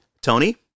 Tony